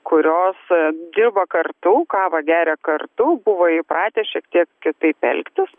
kurios dirba kartu kavą geria kartu buvo įpratę šiek tiek kitaip elgtis